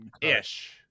ish